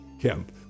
Kemp